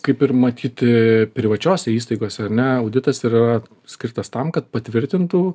kaip ir matyti privačiose įstaigose ar ne auditas yra skirtas tam kad patvirtintų